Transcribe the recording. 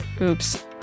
Oops